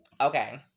Okay